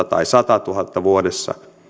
tai sadassatuhannessa vuodessa